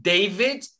David